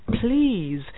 please